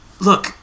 Look